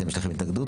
יש לכם התנגדות?